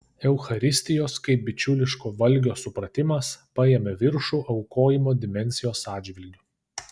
eucharistijos kaip bičiuliško valgio supratimas paėmė viršų aukojimo dimensijos atžvilgiu